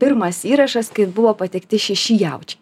pirmas įrašas kai buvo pateikti šeši jaučiai